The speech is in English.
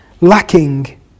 lacking